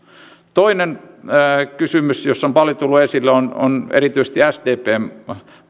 toinen kysymys joka on paljon tullut esille on on erityisesti sdpn